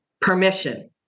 permission